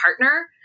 partner